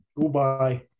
Goodbye